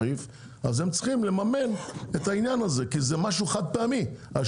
והם צריכים לממן את זה כי ההשקעות האלה הן משהו חד פעמי.